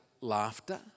laughter